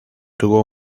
tuvo